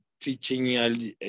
teaching